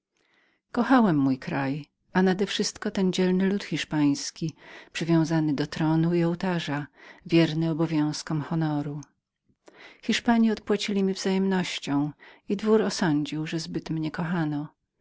kochałem mój kraj kochałem bliźnich nadewszystko zaś kochałem ten poczciwy lud hiszpański tak wierny królowi wierze i danemu słowu hiszpanie odpłacili mi wzajemnością i dwór osądził że zbyt mnie kochano